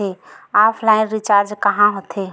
Offline recharge कहां होथे?